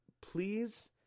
please